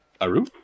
Aru